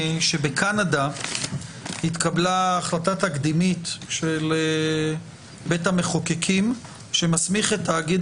שבקנדה התקבלה החלטה תקדימית של בית המחוקקים שמסמיך את תאגיד